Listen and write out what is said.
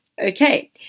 Okay